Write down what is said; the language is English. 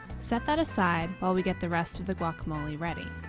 set that aside while we get the rest of the guacamole ready.